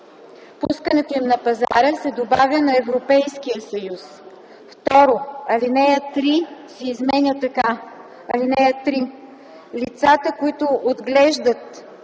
„пускането им на пазара” се добавя „на Европейския съюз”. 2. Алинея 3 се изменя така: „(3) Лицата, които отглеждат